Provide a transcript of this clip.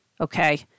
Okay